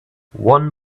one